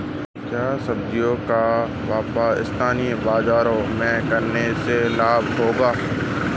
क्या सब्ज़ियों का व्यापार स्थानीय बाज़ारों में करने से लाभ होगा?